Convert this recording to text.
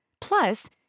Plus